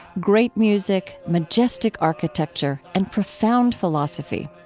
great music, majestic architecture, and profound philosophy.